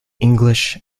english